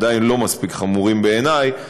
עדיין לא מספיק חמורים בעיני,